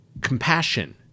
compassion